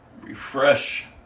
Refresh